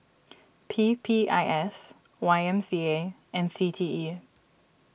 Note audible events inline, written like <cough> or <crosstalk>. <noise> P P I S Y M C A and C T E